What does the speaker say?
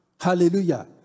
Hallelujah